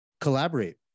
collaborate